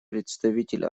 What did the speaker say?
представитель